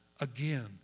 again